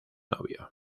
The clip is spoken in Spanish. novio